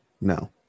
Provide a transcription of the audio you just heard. No